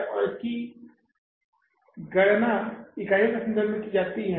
और इसकी गणना इकाइयों के संदर्भ में भी की जा सकती है